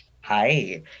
hi